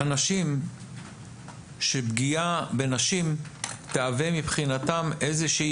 אנשים שפגיעה בנשים תהווה מבחינתם איזושהי